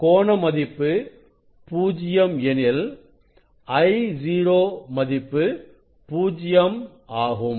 கோண மதிப்பு பூஜ்ஜியம் எனில் I0 மதிப்பு பூஜ்யம் ஆகும்